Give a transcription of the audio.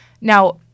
Now